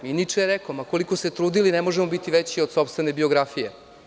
Niče je rekao – ma koliko se trudili ne možemo biti veći od sopstvene biografije.